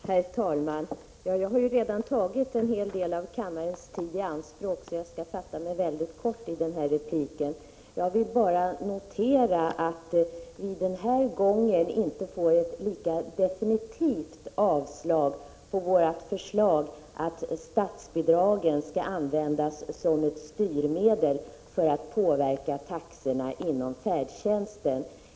Herr talman! Eftersom jag redan har tagit en hel del av kammarens tid i anspråk skall jag fatta mig mycket kort i den här repliken. Jag vill bara notera att vi denna gång inte fick ett lika definitivt yrkande om avslag på vårt förslag omattstatsbidragen skall användas som ett styrmedel för att påverka taxorna inom färdtjänsten.